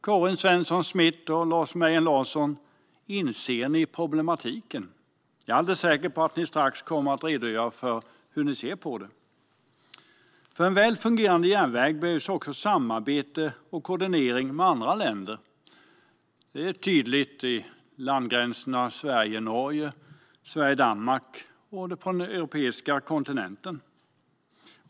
Karin Svensson Smith och Lars Mejern Larsson! Inser ni problematiken? Jag är alldeles säker på att ni strax kommer att redogöra för hur ni ser på det. För en väl fungerande järnväg behövs också samarbete och koordinering med andra länder. Det är tydligt vid landgränserna Sverige-Norge och Sverige-Danmark och på den europeiska kontinenten.